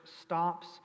stops